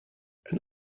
een